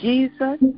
Jesus